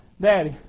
Daddy